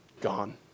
gone